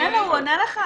תן לו, הוא עונה לך.